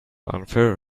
unfair